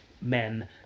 men